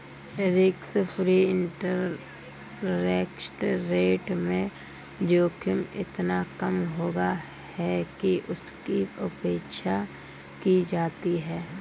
risk free interest rate में जोखिम इतना कम होता है कि उसकी उपेक्षा की जाती है